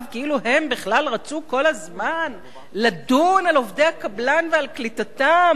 כאילו הם בכלל רצו כל הזמן לדון על עובדי הקבלן ועל קליטתם,